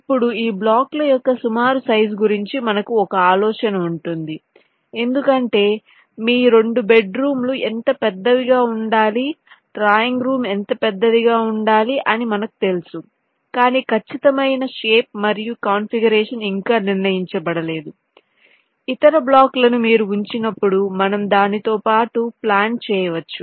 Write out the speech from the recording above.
ఇప్పుడు ఈ బ్లాకుల యొక్క సుమారు సైజు గురించి మనకు ఒక ఆలోచన ఉంటుంది ఎందుకంటే మీ 2 బెడ్ రూములు ఎంత పెద్దవిగా ఉండాలి డ్రాయింగ్ రూమ్ ఎంత పెద్దదిగా ఉండాలి అని మనకు తెలుసు కానీ ఖచ్చితమైన షేప్ మరియు కాన్ఫిగరేషన్ ఇంకా నిర్ణయించబడలేదు ఇతర బ్లాక్లను మీరు ఉంచినప్పుడుమనం దానితో పాటు ప్లాన్ చేయవచ్చు